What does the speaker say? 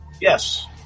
yes